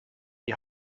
die